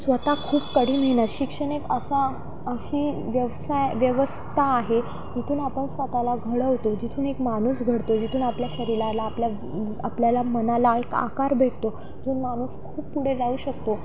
स्वत खूप कडी मेहनत शिक्षण एक असा अशी व्यवसाय व्यवस्था आहे तिथून आपण स्वत ला घडवतो जिथून एक माणूस घडतो जिथून आपल्या शरीराला आपल्या आपल्याला मनाला एक आकार भेटतो तिथून माणूस खूप पुढे जाऊ शकतो